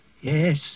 Yes